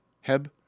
Heb